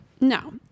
no